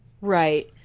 Right